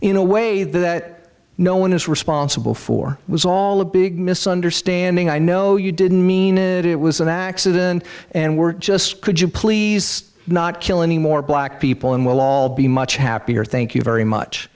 in a way that no one is responsible for it was all a big misunderstanding i know you didn't mean it it was an accident and we're just could you please not kill any more black people and we'll all be much happier thank you very much